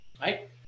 Right